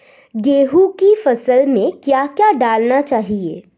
गेहूँ की फसल में क्या क्या डालना चाहिए?